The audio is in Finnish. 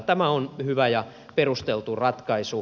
tämä on hyvä ja perusteltu ratkaisu